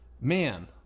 Man